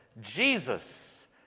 Jesus